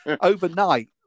overnight